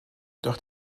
doch